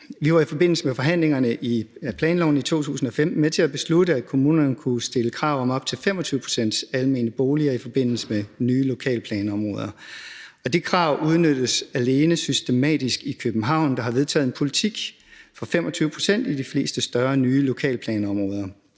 Vi var i forbindelse med forhandlingerne om planloven i 2015 med til at beslutte, at kommunerne kunne stille krav om op til 25 pct. almene boliger i forbindelse med nye lokalplansområder, og det krav udnyttes alene systematisk i København, hvor man har vedtaget en politik om 25 pct. i de fleste større nye lokalplansområder.